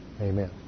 Amen